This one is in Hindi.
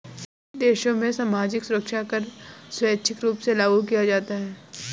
कुछ देशों में सामाजिक सुरक्षा कर स्वैच्छिक रूप से लागू किया जाता है